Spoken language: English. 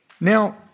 Now